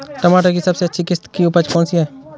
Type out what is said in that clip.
टमाटर की सबसे अच्छी किश्त की उपज कौन सी है?